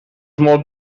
molt